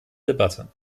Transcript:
debatte